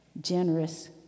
Generous